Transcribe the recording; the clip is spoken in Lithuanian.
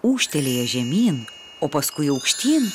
ūžtelėję žemyn o paskui aukštyn